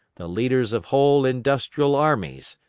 the leaders of whole industrial armies,